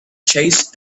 chased